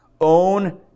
Own